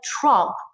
Trump